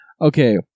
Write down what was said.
okay